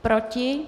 Proti?